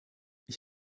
ich